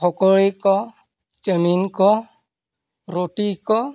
ᱯᱚᱠᱳᱲᱤ ᱠᱚ ᱪᱟᱹᱣᱢᱤᱱ ᱠᱚ ᱨᱩᱴᱤ ᱠᱚ